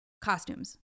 costumes